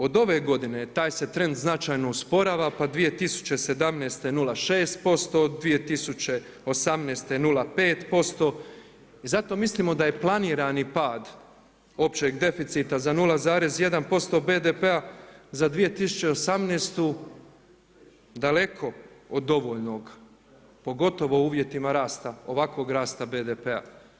Od ove godine traj se trend značajno usporava, pa 2017. je 0,6%, 2018. 0,5% i zato mislimo da je planirani pad općeg deficita za 0,1% BDP-a za 2018. daleko od dovoljnog, pogotovo u uvjetima rasta ovakvog rasta BDP-a.